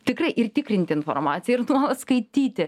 tikrai ir tikrinti informaciją ir nuolat skaityti